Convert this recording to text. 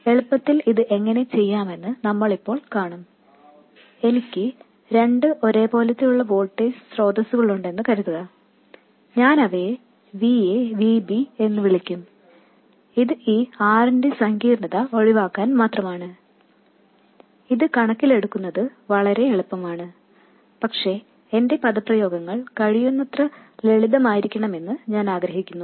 എളുപ്പത്തിൽ ഇത് എങ്ങനെ ചെയ്യാമെന്ന് നമ്മൾ ഇപ്പോൾ കാണും എനിക്ക് രണ്ട് ഒരേപോലുള്ള വോൾട്ടേജ് സ്രോതസ്സുകളുണ്ടെന്ന് കരുതട്ടെ ഞാൻ അവയെ Va Vb എന്ന് വിളിക്കും ഇത് ഈ R ന്റെ സങ്കീർണ്ണത ഒഴിവാക്കാൻ മാത്രമാണ് ഇത് കണക്കിലെടുക്കുന്നത് വളരെ എളുപ്പമാണ് പക്ഷേ എന്റെ പദപ്രയോഗങ്ങൾ കഴിയുന്നത്ര ലളിതമായിരിക്കണമെന്ന് ഞാൻ ആഗ്രഹിക്കുന്നു